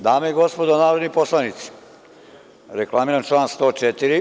Dame i gospodo narodni poslanici, reklamiram član 104.